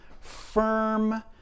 firm